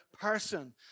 person